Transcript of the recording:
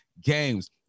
games